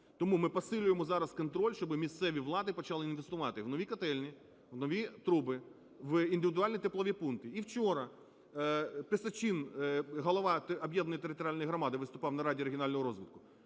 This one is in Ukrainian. Тому ми посилюємо зараз контроль, щоби місцеві влади почали інвестувати в нові котельні, в нові труби, в індивідуальні теплові пункти. І вчора Пісочин, голова об'єднаної територіальної громади виступав на раді регіонального розвитку,